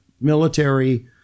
military